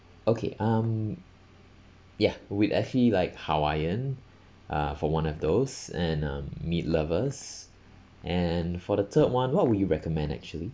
okay um ya we'd actually like hawaiian uh for one of those and um meat lovers and for the third one what would you recommend actually